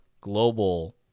global